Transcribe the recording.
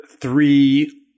three